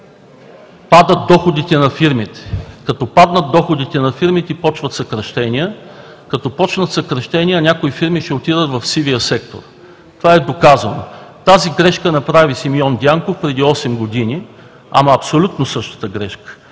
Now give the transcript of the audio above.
падат доходите на фирмите. Като паднат доходите на фирмите, започват съкращения. Като започнат съкращения, някои фирми ще отидат в сивия сектор. Това е доказано. Тази грешка направи Симеон Дянков преди осем години. Ама, абсолютно същата грешка!